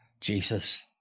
Jesus